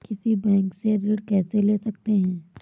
किसी बैंक से ऋण कैसे ले सकते हैं?